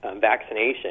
vaccination